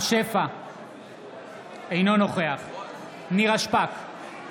אינו נוכח נירה שפק,